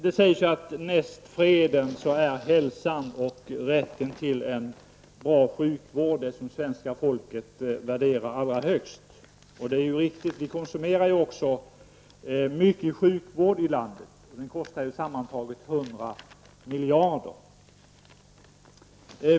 Det sägs att näst freden är hälsan och rätten till en bra sjukvård det som svenska folket värderar allra högst. Vi konsumerar också mycket sjukvård i landet, det kostar sammantaget 100 miljarder.